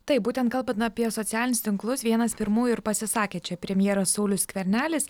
taip būtent kalbant apie socialinius tinklus vienas pirmųjų ir pasisakė čia premjeras saulius skvernelis